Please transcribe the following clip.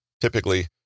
Typically